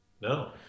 No